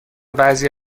بعضی